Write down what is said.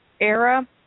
era